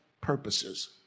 purposes